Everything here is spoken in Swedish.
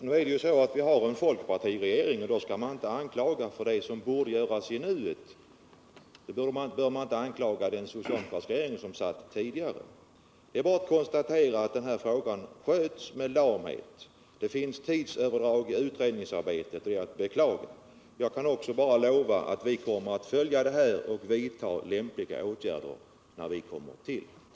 Herr talman! Vi har en folkpartiregering och det är den som skall anklagas för sådant som inte görs nu. Anklagelser kan inte riktas mot den socialdemokratiska eller annan regering som suttit tidigare. Det är bara att konstatera att denna fråga sköts med lamhet och att det finns tidsöverdrag i utredningsarbetet, vilket vi beklagar. Jag kan bara lova att vi kommer att följa detta och vidta lämpliga åtgärder när vi kommer tillbaka.